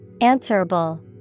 Answerable